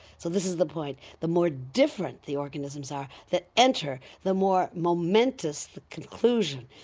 so this is the point. the more different the organisms are that enter, the more momentous the conclusion.